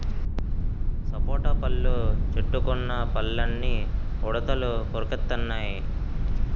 సపోటా పళ్ళు చెట్టుకున్న పళ్ళని ఉడతలు కొరికెత్తెన్నయి